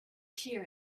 clear